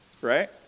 right